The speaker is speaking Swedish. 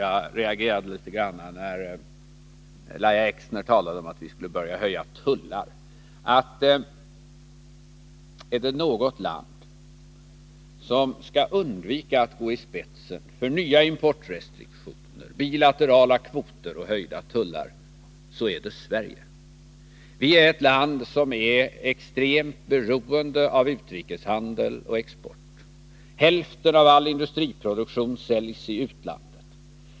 Jag reagerade litet när Lahja Exner talade om att vi skall börja höja tullar. Är det något land som skall undvika att gå i spetsen för nya importrestriktioner, bilaterala kvoter och höjda tullar, så är det Sverige. Vi är extremt beroende av utrikeshandel och export. Hälften av all industriproduktion säljs i utlandet.